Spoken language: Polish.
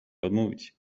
odmówić